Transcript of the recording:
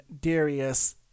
Darius